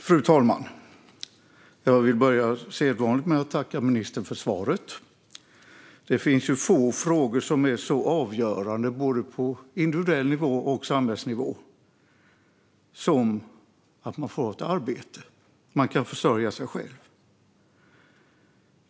Fru talman! Jag vill sedvanligt börja med att tacka ministern för svaret. Det finns få frågor som är så avgörande både på individuell nivå och på samhällsnivå som att man får ett arbete och kan försörja sig själv.